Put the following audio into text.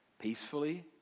Peacefully